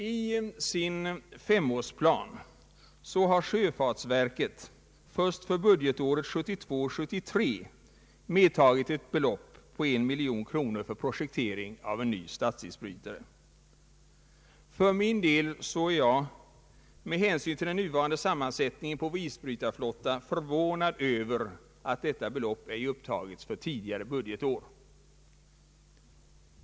I sin femårsplan har sjöfartsverket först för budgetåret 1972/73 medtagit ett belopp på en miljon kronor för projektering av en ny statsisbrytare. För min del är jag med hänsyn till den nuvarande sammansättningen av vår isbrytarflotta förvånad över att detta belopp ej upptagits för ett tidigare budgetår.